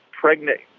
pregnant